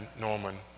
Norman